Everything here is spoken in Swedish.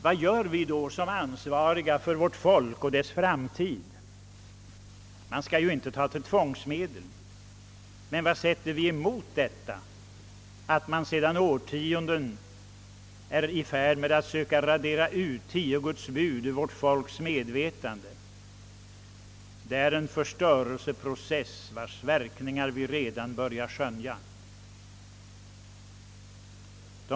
Vad gör vi då som ansvariga för vårt folk och dess framtid? Vi skall inte ta till tvångsmedel, men vad sätter vi emot detta att man sedan årtionden är i färd med att söka radera ut tio Guds bud ur vårt folks medvetande? Det är en förstörelseprocess vars verkningar vi redan börjar skönja.